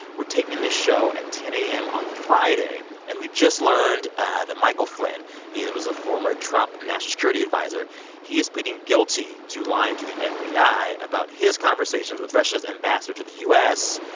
we're taping the show at ten a m. on friday. and we just learned that michael flynn he was a former trump national security adviser he is pleading guilty to lying to the fbi about his conversations with russia's ambassador to the u s.